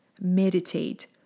meditate